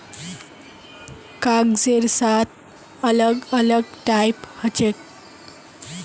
कागजेर सात अलग अलग टाइप हछेक